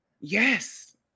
Yes